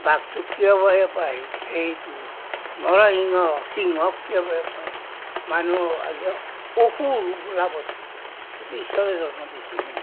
বাঘটোক কিয় বেয়া পায় সেইটো নৰসিংহ সিংহক কিয় বেয়া পায় মানুহ আজি অসুৰ বোলা বস্তুটো এইটো ঈশ্বৰে জন্ম দিছে